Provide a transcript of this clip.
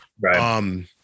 Right